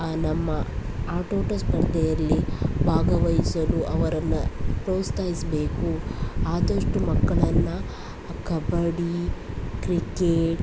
ನಮ್ಮ ಆಟೋಟ ಸ್ಪರ್ಧೆಯಲ್ಲಿ ಭಾಗವಹಿಸಲು ಅವರನ್ನು ಪ್ರೋತ್ಸಾಯಿಸ್ಬೇಕು ಆದಷ್ಟು ಮಕ್ಕಳನ್ನು ಕಬಡ್ಡಿ ಕ್ರಿಕೆಟ್